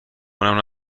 اونم